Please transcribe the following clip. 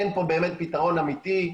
אין פה באמת פתרון אמיתי.